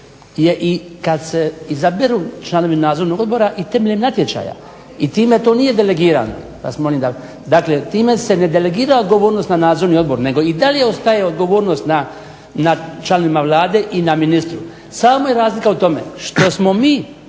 je i kad se izaberu članovi Nadzornog odbora i temeljem natječaja i time to nije delegirano, dakle time se ne delegira odgovornost na Nadzorni odbor nego i dalje ostaje odgovornost na članovima Vlade i na ministru. Samo je u razlika u tome što smo mi